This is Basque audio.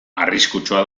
arriskutsua